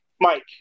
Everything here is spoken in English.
Mike